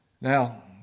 Now